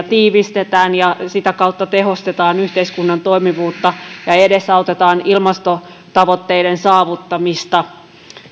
tiivistetään ja sitä kautta tehostetaan yhteiskunnan toimivuutta ja edesautetaan ilmastotavoitteiden saavuttamista